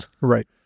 Right